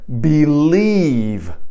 believe